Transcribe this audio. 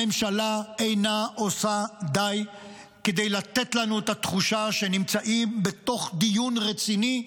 הממשלה אינה עושה די כדי לתת לנו את התחושה שנמצאים בדיון רציני: